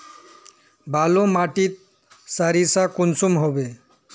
बालू माटित सारीसा कुंसम होबे?